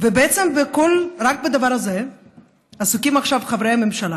בעצם רק בדבר הזה עסוקים עכשיו חברי הממשלה